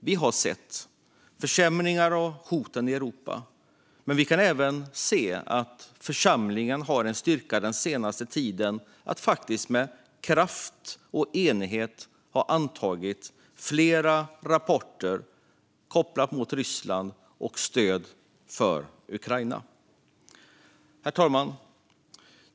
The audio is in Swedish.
Vi har sett försämringarna och hoten i Europa, men vi kan även se att församlingen den senaste tiden har haft styrkan att med kraft och enighet anta flera rapporter kopplade mot Ryssland och med stöd för Ukraina. Herr talman!